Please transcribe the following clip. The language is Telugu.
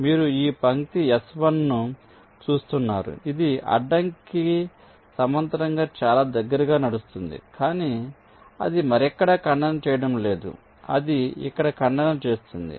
మీరు ఈ పంక్తి S1 ను చూస్తున్నారు ఇది అడ్డంకి సమాంతరంగా చాలా దగ్గరగా నడుస్తోంది కానీ అది మరెక్కడా ఖండన చేయడం లేదు అది ఇక్కడ ఖండన చేస్తుంది